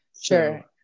Sure